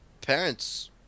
Parents